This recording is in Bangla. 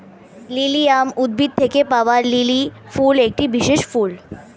লিলিয়াম উদ্ভিদ থেকে পাওয়া লিলি ফুল একটি বিশেষ ফুল